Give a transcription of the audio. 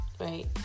Right